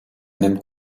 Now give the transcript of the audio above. même